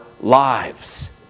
lives